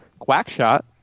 Quackshot